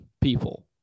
people